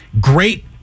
great